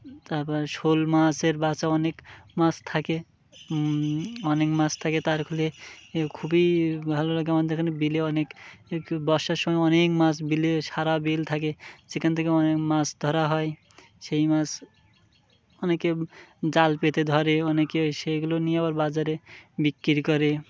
তারপর শোল মাছের বাঁচা অনেক মাছ থাকে অনেক মাছ থাকে তার ফলে খুবই ভালো লাগে আমাদের এখানে বিলে অনেক বর্ষার সময় অনেক মাস বিলে সারা বিল থাকে যেখান থেকে অনেক মাছ ধরা হয় সেই মাছ অনেকে জাল পেতে ধরে অনেকে সেইগুলো নিয়ে আবার বাজারে বিক্রি করে